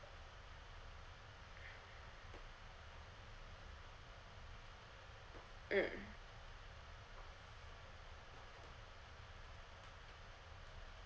mm